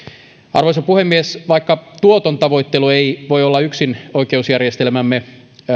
arvoisa puhemies vaikka tuoton tavoittelu ei voi yksin olla oikeusjärjestelmämme